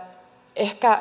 ehkä